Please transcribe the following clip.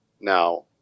now